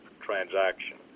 transaction